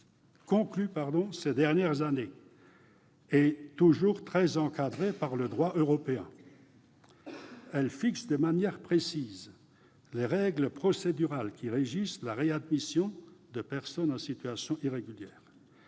de telles stipulations sont toujours très encadrées par le droit européen. Elles fixent de manière précise les règles procédurales qui régissent la réadmission de personnes en situation irrégulière.